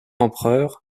empereur